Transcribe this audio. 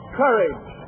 courage